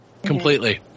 Completely